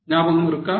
ஞாபகம் இருக்கா